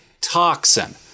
Toxin